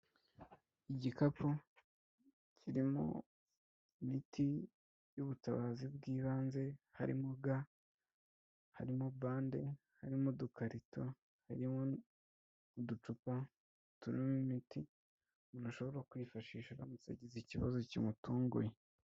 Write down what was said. Igikapu kirimo imiti y'ubutabazi bw'ibanze, harimo ga, harimo bande, harimo udukarito, harimo n'uducupa turimo imiti umuntu ashobora kwifashisha aramutse agize ikibazo kimutunguye.